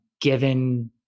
given